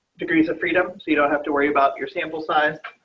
degrees of freedom. so you don't have to worry about your sample size.